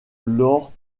lors